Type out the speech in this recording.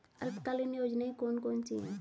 अल्पकालीन योजनाएं कौन कौन सी हैं?